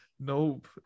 Nope